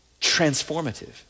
transformative